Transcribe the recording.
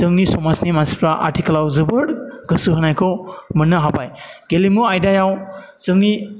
जोंनि समाजनि मानसिफ्रा आथिखालाव जोबोद गोसो होनायखौ मोननो हाबाय गेलेमु आयदायाव जोंनि